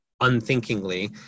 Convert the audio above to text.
unthinkingly